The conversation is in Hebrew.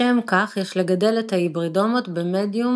לשם כך יש לגדל את ההיברידומות במדיום